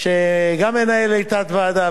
הוא גם מנהל תת-ועדה,